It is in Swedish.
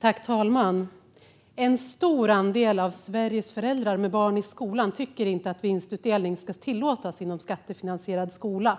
Herr talman! En stor andel av Sveriges föräldrar till barn som går i skolan tycker inte att vinstutdelning ska tillåtas inom skattefinansierad skola.